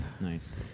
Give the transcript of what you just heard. Nice